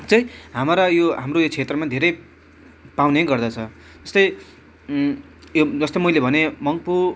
चाहिँ हाम्रा यो हाम्रो यो क्षेत्रमा धेरै पाउने गर्दछ जस्तै यो जस्तै मैले भने मङ्पू